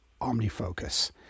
OmniFocus